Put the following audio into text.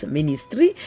Ministry